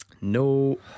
No